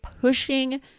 pushing